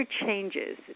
changes